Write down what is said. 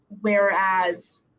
whereas